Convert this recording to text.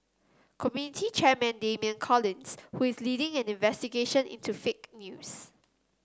committee chairman Damian Collins who is leading an investigation into fake news